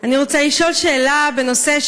אני רוצה לשאול שאלה בנושא,